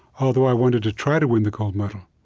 although i wanted to try to win the gold medal,